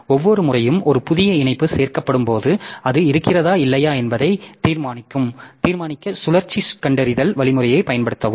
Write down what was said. ஒவ்வொரு முறையும் ஒரு புதிய இணைப்பு சேர்க்கப்படும் போது அது இருக்கிறதா இல்லையா என்பதை தீர்மானிக்க சுழற்சி கண்டறிதல் வழிமுறையைப் பயன்படுத்தவும்